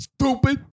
Stupid